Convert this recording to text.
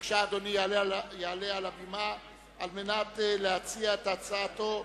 על מנת להציע את הצעתו,